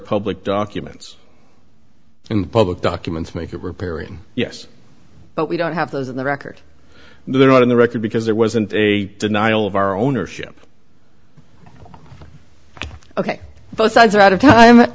public documents and public documents make it riparian yes but we don't have those in the record and they're not in the record because there wasn't a denial of our ownership ok both sides are out of time